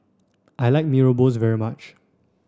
I like Mee Rebus very much